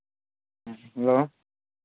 hello